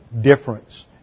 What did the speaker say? difference